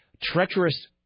treacherous